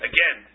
Again